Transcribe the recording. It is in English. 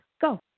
Go